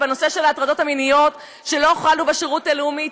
בנושא של הטרדות מיניות שלא חלו בשירות הלאומי,